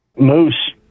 Moose